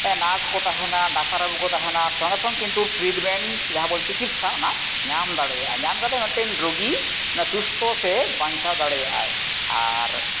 nurse ᱠᱚ ᱛᱟᱦᱮᱱᱟ doctor ᱵᱟᱹᱵᱩ ᱠᱚ ᱛᱟᱦᱮᱱᱟ ᱥᱚᱝᱜᱮ ᱥᱚᱝ ᱠᱤᱱᱛᱩ ᱴᱨᱤᱴᱢᱮᱱᱴ ᱡᱟᱦᱟᱸ ᱵᱚᱱ ᱪᱤᱠᱤᱛᱥᱟ ᱚᱱᱟ ᱧᱟᱢ ᱫᱟᱲᱮᱭᱟᱜᱼᱟ ᱧᱟᱢ ᱠᱟᱛᱮ ᱢᱤᱫᱴᱮᱱ ᱨᱩᱜᱤ ᱚᱱᱟ ᱥᱩᱥᱛᱷᱚ ᱥᱮ ᱵᱟᱧᱪᱟᱣ ᱫᱟᱲᱮᱭᱟᱜ ᱟᱭ ᱟᱨ